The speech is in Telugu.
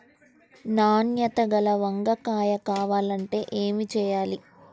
నాణ్యత గల వంగ కాయ కావాలంటే ఏమి చెయ్యాలి?